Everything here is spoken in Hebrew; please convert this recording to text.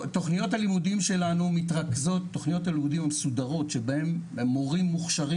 תכניות הלימודים המסודרות שבהן מורים מוכשרים